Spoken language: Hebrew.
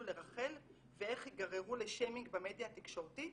לרכל ואיך יגררו לשיימינג במדיה התקשורתית?